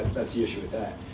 that's the issue with that.